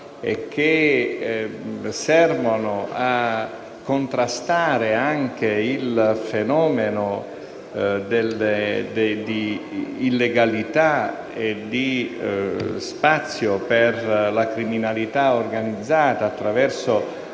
che servono a contrastare anche il fenomeno di illegalità e di spazio per la criminalità organizzata attraverso